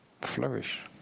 flourish